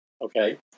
okay